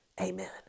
Amen